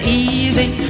easy